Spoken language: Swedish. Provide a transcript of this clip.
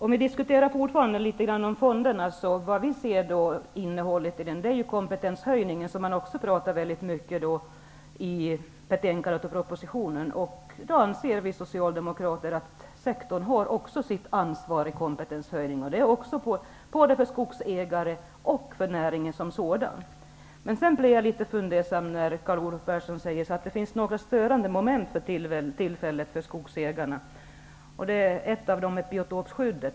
Herr talman! När det gäller fonderna ser vi kompetenshöjningen som man också pratar mycket om i betänkandet och propositionen. Vi socialdemokrater anser att sektorn också har sitt ansvar i fråga om kompetenshöjning. Det gäller både för skogsägare och näringen som sådan. Jag blir litet fundersam när Carl Olov Persson säger att det för tillfället finns vissa störande moment för skogsägarna. Ett av dem är biotopskyddet.